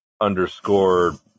underscore